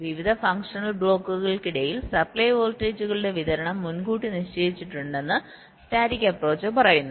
വിവിധ ഫങ്ഷണൽ ബ്ലോക്കുകൾക്കിടയിൽ സപ്ലൈ വോൾട്ടേജുകളുടെ വിതരണം മുൻകൂട്ടി നിശ്ചയിച്ചിട്ടുണ്ടെന്ന് സ്റ്റാറ്റിക് അപ്പ്രോച്ച് പറയുന്നു